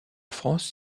france